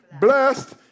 blessed